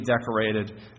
decorated